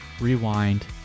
rewind